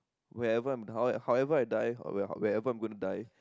wherever how however I die where wherever I'm going to die